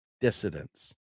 dissidents